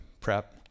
prep